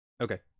Okay